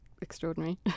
extraordinary